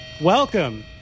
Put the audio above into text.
Welcome